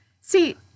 See